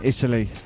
Italy